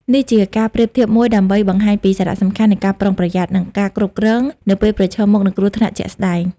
នេះជាការប្រៀបធៀបមួយដើម្បីបង្ហាញពីសារៈសំខាន់នៃការប្រុងប្រយ័ត្ន និងការគ្រប់គ្រងនៅពេលប្រឈមមុខនឹងគ្រោះថ្នាក់ជាក់ស្តែង។